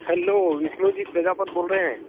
hello Vishnu ji Prajapat बोल रहे हैं